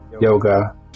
yoga